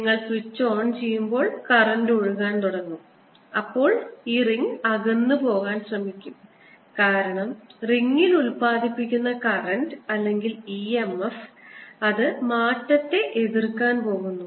നിങ്ങൾ switch on ചെയ്യുമ്പോൾ current ഒഴുകാൻ തുടങ്ങും അപ്പോൾ റിംഗ് അകന്നുപോകാൻ ശ്രമിക്കും കാരണം റിംഗിൽ ഉൽപാദിപ്പിക്കുന്ന കറന്റ് അല്ലെങ്കിൽ e m f അത് മാറ്റത്തെ എതിർക്കാൻ പോകുന്നു